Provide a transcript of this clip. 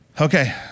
Okay